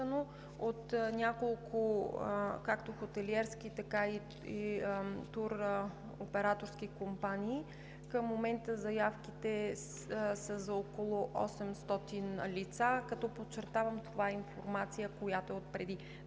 от няколко както хотелиерски, така и туроператорски компании. Към момента заявките са за около 800 лица, като, подчертавам, това е информация от преди